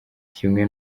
kimwe